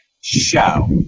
show